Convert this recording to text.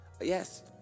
Yes